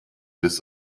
bis